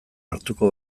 hartuko